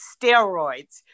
steroids